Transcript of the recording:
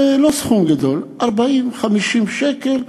זה לא סכום גדול, 40, 50 שקל.